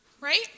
right